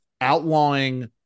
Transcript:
outlawing